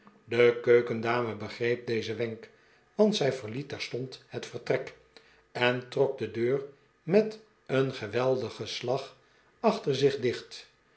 de keukendame begreep dezen wenk want zij verliet terstond het vertrek en trok de deur met een geweldigen slag achter zich dicht